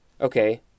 Okay